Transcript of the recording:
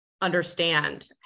understand